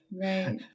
Right